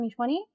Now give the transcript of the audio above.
2020